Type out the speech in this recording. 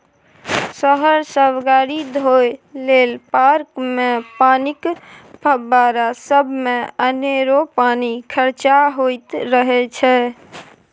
शहर सब गाड़ी धोए लेल, पार्कमे पानिक फब्बारा सबमे अनेरो पानि खरचा होइत रहय छै